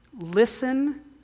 listen